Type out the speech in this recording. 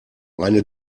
eine